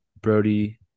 Brody